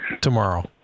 tomorrow